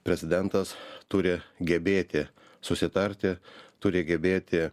prezidentas turi gebėti susitarti turi gebėti